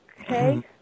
Okay